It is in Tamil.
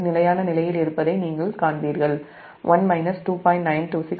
நிலையான நிலையில் இருப்பதை நீங்கள் காண்பீர்கள் 1 2